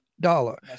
dollar